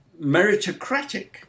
meritocratic